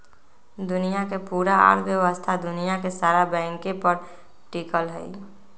दुनिया के पूरा अर्थव्यवस्था दुनिया के सारा बैंके पर टिकल हई